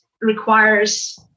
requires